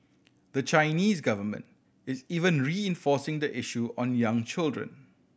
the Chinese government is even reinforcing the issue on young children